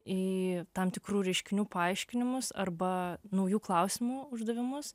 į tam tikrų reiškinių paaiškinimus arba naujų klausimų uždavimus